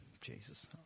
Jesus